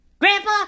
Grandpa